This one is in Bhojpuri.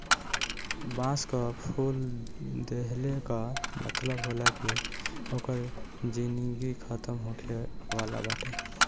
बांस कअ फूल देहले कअ मतलब होला कि ओकर जिनगी खतम होखे वाला बाटे